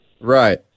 Right